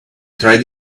tried